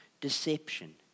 deception